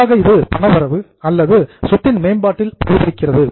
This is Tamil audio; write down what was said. பொதுவாக இது பணவரவு அல்லது சொத்தின் மேம்பாட்டில் பிரதிபலிக்கிறது